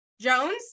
jones